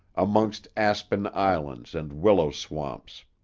amongst aspen islands and willow swamps.